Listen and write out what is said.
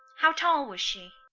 how tall was she?